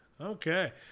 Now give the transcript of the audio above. Okay